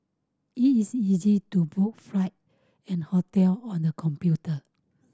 it is easy to book flight and hotel on the computer